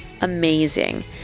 amazing